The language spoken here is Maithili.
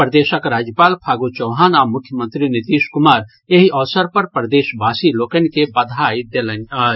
प्रदेशक राज्यपाल फागू चौहान आ मुख्यमंत्री नीतीश कुमार एहि अवसर पर प्रदेशवासी लोकनि के बधाई देलनि अछि